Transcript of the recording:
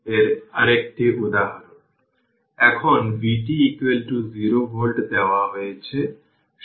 সুতরাং স্বাভাবিকভাবেই আমি ix vx15 নিতে পারি